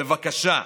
בבקשה,